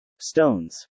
Stones